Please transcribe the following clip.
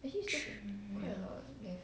true ya